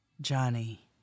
Johnny